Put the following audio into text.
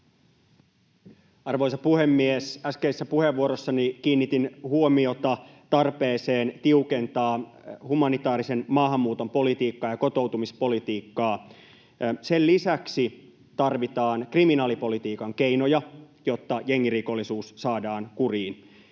Arvoisa puhemies! Äskeisessä puheenvuorossani kiinnitin huomiota tarpeeseen tiukentaa humanitaarisen maahanmuuton politiikkaa ja kotoutumispolitiikkaa. Sen lisäksi tarvitaan kriminaalipolitiikan keinoja, jotta jengirikollisuus saadaan kuriin.